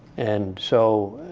and so,